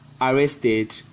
arrested